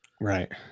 Right